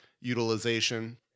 utilization